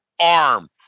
arm